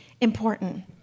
important